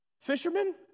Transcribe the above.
fishermen